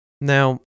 Now